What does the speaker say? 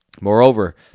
Moreover